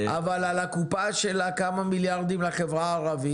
אבל על הקופה של כמה מיליארדים לחברה הערבית,